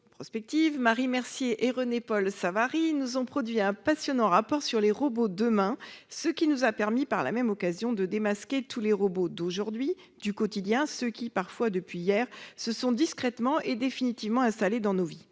prospective, Marie Mercier et René-Paul Savary, ont produit un passionnant rapport sur le thème « les robots demain », qui nous a permis, par la même occasion, de « démasquer » tous les robots d'aujourd'hui, du quotidien, ceux qui, parfois depuis hier, se sont discrètement et définitivement installés dans nos vies.